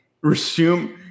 resume